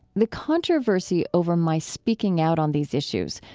the controversy over my speaking out on these issues,